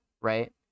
right